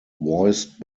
voiced